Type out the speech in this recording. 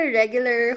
regular